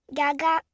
gaga